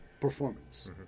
performance